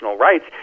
rights